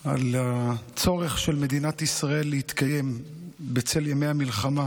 על הצורך של מדינת ישראל להתקיים בצל ימי המלחמה,